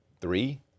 three